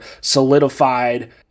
solidified